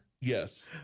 Yes